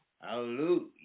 Hallelujah